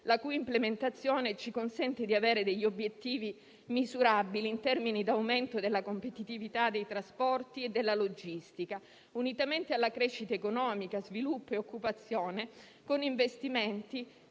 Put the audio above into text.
la cui implementazione ci consente di avere degli obiettivi misurabili in termini di aumento della competitività dei trasporti e della logistica, unitamente alla crescita economica, sviluppo e occupazione con investimenti